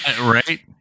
Right